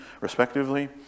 respectively